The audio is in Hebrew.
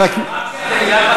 הוא קרא לנו מאפיה,